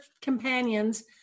companions